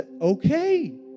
okay